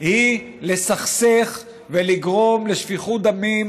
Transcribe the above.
היא לסכסך ולגרום לשפיכות דמים,